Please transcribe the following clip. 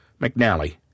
McNally